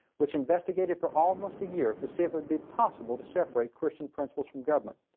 which investigated for almost a year to see if it would be possible to separate christian principles from government.